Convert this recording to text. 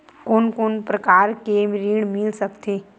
कोन कोन प्रकार के ऋण मिल सकथे?